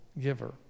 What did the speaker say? giver